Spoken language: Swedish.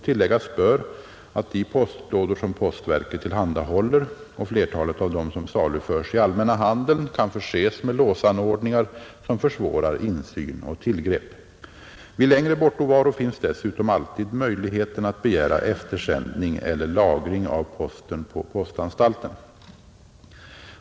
Tilläggas bör att de postlådor som postverket tillhandahåller och flertalet av dem som saluförs i allmänna handeln kan förses med låsanordningar, som försvårar insyn och tillgrepp. Vid längre bortovaro finns dessutom alltid möjligheten att begära eftersändning eller lagring av posten på postanstalten.